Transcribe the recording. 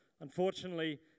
unfortunately